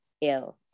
ill